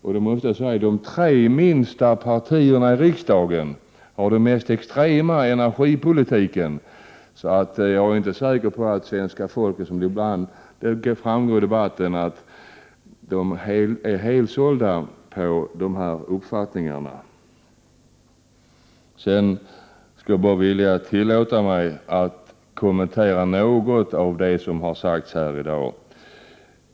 Och jag måste säga att de tre minsta partierna i riksdagen har den mest extrema energipolitiken, så jag är inte säker på att svenska folket, såsom det ibland brukar framhållas i debatten, skulle vara helsålt på de här uppfattningarna. Sedan tillåter jag mig att kommentera något av det som har sagts här i dag.